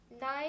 nine